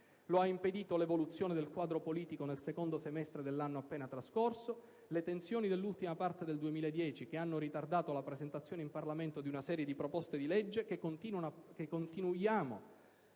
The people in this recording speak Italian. lo hanno impedito l'evoluzione del quadro politico nel secondo semestre dell'anno appena trascorso e le tensioni dell'ultima parte del 2010, che hanno ritardato la presentazione in Parlamento di una serie di proposte di legge che continuiamo